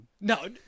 No